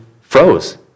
froze